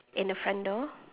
in the front door